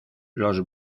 los